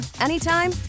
anytime